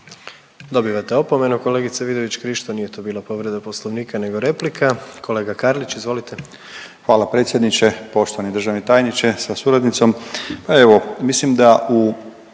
Dobivate opomenu kolegice Vidović Krišto, nije to bila povreda Poslovnika nego replika. Kolega Karlić izvolite. **Karlić, Mladen (HDZ)** Hvala predsjedniče. Poštovani državni tajniče sa suradnicom.